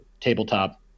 tabletop